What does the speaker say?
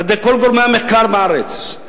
לכל גורמי המחקר בארץ,